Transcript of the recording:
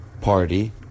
party